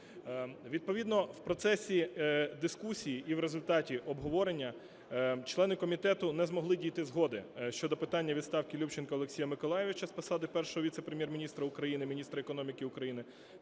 Відповідно в процесі дискусії і в результаті обговорення члени комітету не змогли дійти згоди щодо питання відставки Любченка Олексія Миколайовича з посади Першого віце-прем’єр-міністра України - Міністра економіки України